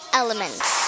elements